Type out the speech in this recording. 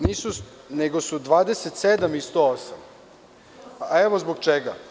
Nisu, nego su 27. i 108, a evo zbog čega.